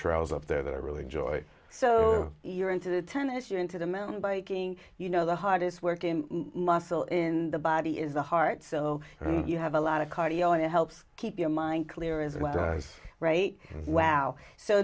trails up there that i really enjoy so you're into the time if you're into the mountain biking you know the hardest working muscle in the body is the heart so you have a lot of cardio and it helps keep your mind clear is what i say right wow so